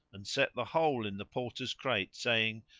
and set the whole in the porter's crate, saying,